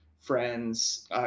friends